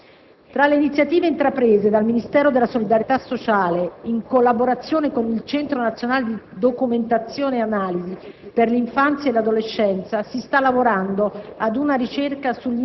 atto a lavorare in questo campo. Tra le iniziative intraprese dal Ministero della solidarietà sociale in collaborazione con il Centro nazionale di documentazione e analisi